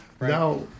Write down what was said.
Now